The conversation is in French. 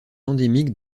endémique